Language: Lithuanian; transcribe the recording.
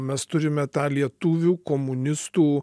mes turime tą lietuvių komunistų